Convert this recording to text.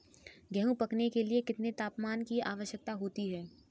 गेहूँ पकने के लिए कितने तापमान की आवश्यकता होती है?